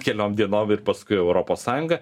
keliom dienom ir paskui europos sąjunga